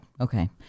okay